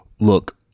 Look